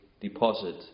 deposit